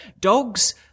dogs